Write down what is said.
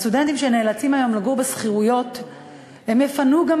הסטודנטים שנאלצים היום לגור בשכירות יפנו גם